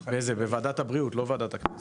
בוועדת הבריאות, לא ועדת הכנסת.